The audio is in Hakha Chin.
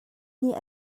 nih